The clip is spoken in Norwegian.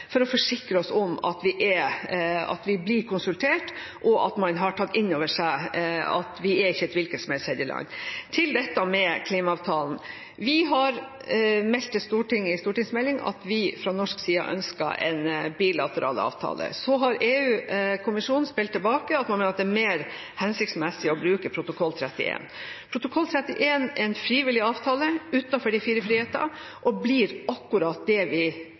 for å forsikre oss om at vi blir konsultert, og at man har tatt inn over seg at vi ikke er et hvilket som helst tredjeland. Når det gjelder klimaavtalen: Vi har meldt til Stortinget i stortingsmelding at vi fra norsk side ønsker en bilateral avtale. Så har EU-kommisjonen spilt tilbake at det er mer hensiktsmessig å bruke protokoll 31. Protokoll 31 er en frivillig avtale utenfor de fire friheter og blir akkurat det vi